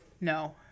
No